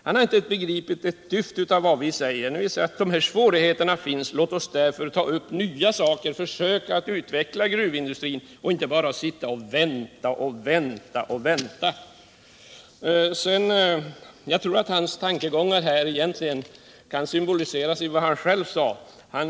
Han har inte begripit ett dyft när vi säger: Dessa svårigheter finns, och låt oss därför försöka utveckla gruvindustrin genom att ta upp nya saker. Vi kan ju inte bara sitta och vänta och vänta och vänta. Jag tror att hans tankegångar här egentligen kan symboliseras med vad han själv sade.